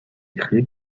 créé